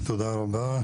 תודה רבה.